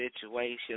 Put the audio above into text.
situation